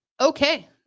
Okay